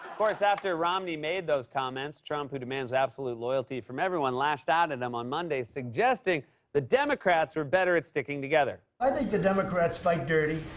course, after romney made those comments, trump, who demands absolute loyalty from everyone, lashed out at him on monday suggesting that democrats were better at sticking together. i think the democrats fight dirty,